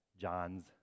John's